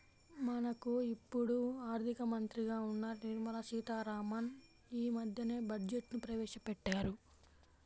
మనకు ఇప్పుడు ఆర్థిక మంత్రిగా ఉన్న నిర్మలా సీతారామన్ యీ మద్దెనే బడ్జెట్ను ప్రవేశపెట్టారు